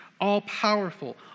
all-powerful